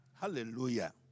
Hallelujah